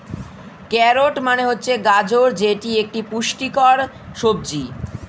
carrot মানে হচ্ছে গাজর যেটি একটি পুষ্টিকর সবজি